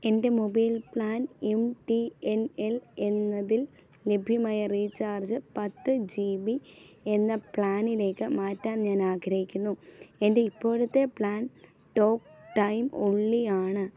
എൻ്റെ mobile plan M T N L എന്നതിൽ ലഭ്യമായ റീചാർജ് പത്ത് ജി ബി എന്ന പ്ലാനിലേക്ക് മാറ്റാൻ ഞാൻ ആഗ്രഹിക്കുന്നു എൻ്റെ ഇപ്പോഴത്തെ പ്ലാൻ ടോക്ക് ടൈം ഒൺലി ആണ്